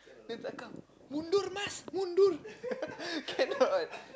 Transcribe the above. mundur mas mundur cannot what